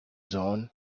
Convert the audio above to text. dawn